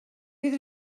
bydd